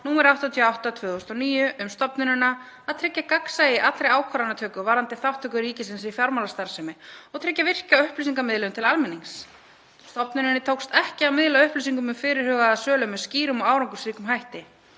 nr. 88/2009 um stofnunina að tryggja gagnsæi í allri ákvarðanatöku varðandi þátttöku ríkisins í fjármálastarfsemi og tryggja virka upplýsingamiðlun til almennings. Stofnuninni tókst ekki að miðla upplýsingum um fyrirhugaða sölu með skýrum og árangursríkum hætti.